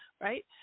Right